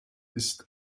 ist